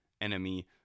enemy